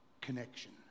connection